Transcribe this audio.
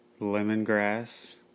lemongrass